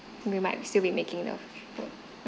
we might still be making the food